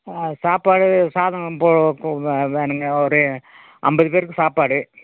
சாப்பாடு சாதம் இப்போது போ வே வேணுங்க ஒரு ஐம்பது பேருக்கு சாப்பாடு